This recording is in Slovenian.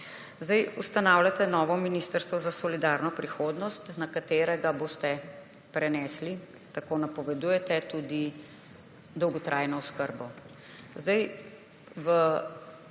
ni. Ustanavljate novo ministrstvo za solidarno prihodnost, na katero boste prenesli, tako napovedujete, tudi dolgotrajno oskrbo. V